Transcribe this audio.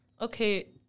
okay